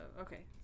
okay